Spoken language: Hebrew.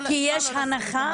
יש הנחה?